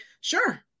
sure